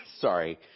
sorry